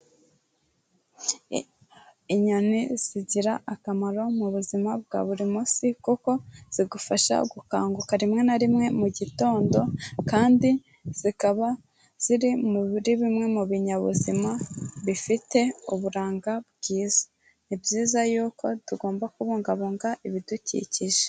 Inyoni zigira akamaro mu buzima bwa buri munsi kuko zigufasha gukanguka rimwe na rimwe mu gitondo kandi zikaba ziri muri bimwe mu binyabuzima bifite uburanga bwiza, ni byiza yuko tugomba kubungabunga ibidukikije.